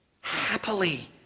happily